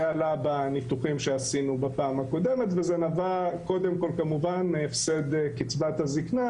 זה עלה בניתוחים שעשינו בפעם הקודמת וזה נבע כמובן מהפסד קצבת הזקנה.